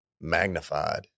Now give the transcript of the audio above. magnified